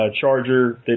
charger